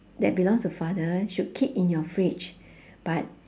that belongs to father should keep in your fridge but